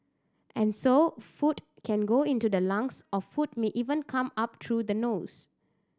and so food can go into the lungs or food may even come up through the nose